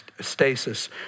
stasis